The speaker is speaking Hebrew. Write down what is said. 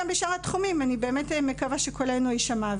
גם בשאר התחומים אני באמת מקווה שקולנו יישמע,